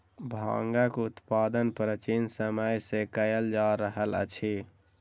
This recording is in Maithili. भांगक उत्पादन प्राचीन समय सॅ कयल जा रहल अछि